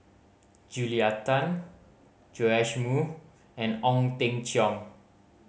Julia Tan Joash Moo and Ong Teng Cheong